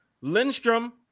lindstrom